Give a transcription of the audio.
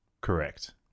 correct